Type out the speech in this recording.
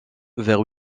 vers